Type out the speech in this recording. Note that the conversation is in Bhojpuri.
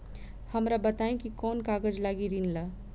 हमरा बताई कि कौन कागज लागी ऋण ला?